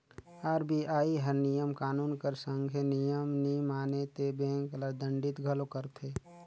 RBI हर नियम कानून कर संघे नियम नी माने ते बेंक ल दंडित घलो करथे